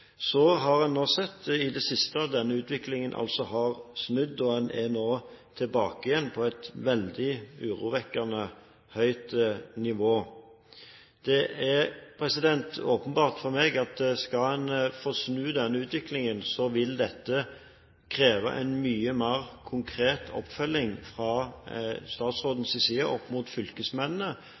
Så har en i det siste sett at denne utviklingen har snudd, og en er nå tilbake igjen på et veldig urovekkende høyt nivå. Det er åpenbart for meg at skal en få snudd denne utviklingen, vil det kreve en mye mer konkret oppfølging fra statsrådens side opp mot fylkesmennene,